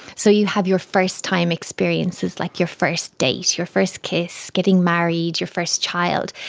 so you have your first-time experiences, like your first date, your first kiss, getting married, your first child,